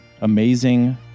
amazing